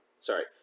sorry